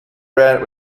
red